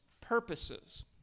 purposes